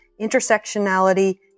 Intersectionality